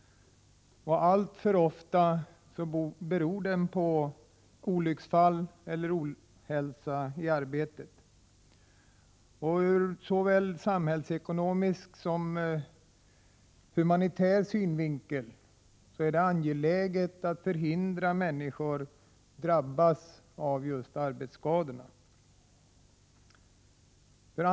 Alltför ofta beror den på olycksfall eller ohälsa i arbetet. Ur såväl samhällsekonomisk som humanitär synvinkel är det angeläget att förhindra att människor drabbas av arbetsskador.